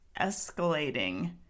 escalating